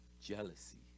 jealousy